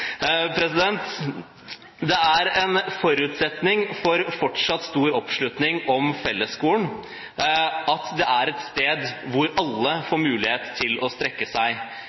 Det er en forutsetning for fortsatt stor oppslutning om fellesskolen at det er et sted hvor alle får mulighet til å strekke seg